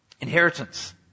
Inheritance